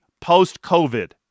post-COVID